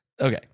Okay